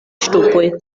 ŝtupoj